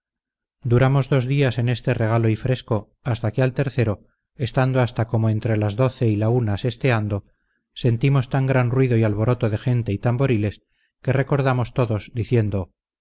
tabernáculos duramos dos días en este regalo y fresco hasta que al tercero estando hasta como entre las doce y la una sesteando sentimos tan gran ruido y alboroto de gente y tamboriles que recordamos todos diciendo